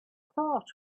thought